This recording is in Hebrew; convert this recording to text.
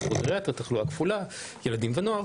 תחלואה כפולה וילדים ונוער